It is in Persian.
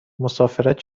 مسافرت